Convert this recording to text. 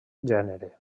gènere